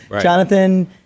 Jonathan